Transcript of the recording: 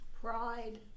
Pride